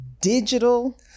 digital